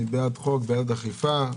אני בעד חוק ובעד אכיפה.